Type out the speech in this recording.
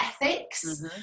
ethics